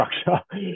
structure